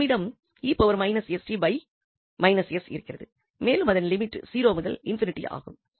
நம்மிடம் இருக்கிறது மேலும் அதன் லிமிட் 0 முதல் ∞ ஆகும்